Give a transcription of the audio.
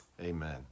Amen